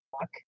fuck